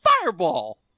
fireball